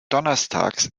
donnerstags